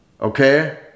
Okay